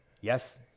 Yes